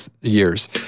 years